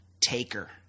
taker